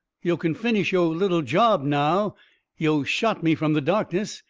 yo' can finish yo' little job now yo' shot me from the darkness,